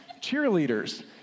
cheerleaders